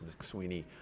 McSweeney